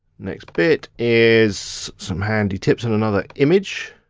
next bit is some handy tips and another image.